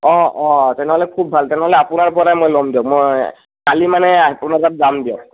অঁ অঁ তেনেহ'লে খুব ভাল তেনেহ'লে আপোনাৰ পৰা মই ল'ম দিয়ক মই কালি মানে আপোনালোকৰ তাত যাম দিয়ক